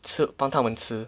吃帮他们吃